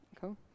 Cool